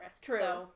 True